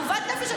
עלובת נפש.